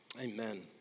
Amen